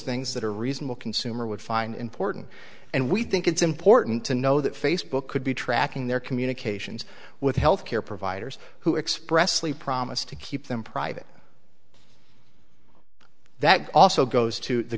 things that a reasonable consumer would find important and we think it's important to know that facebook could be tracking their communications with health care providers who express lee promise to keep them private that also goes to the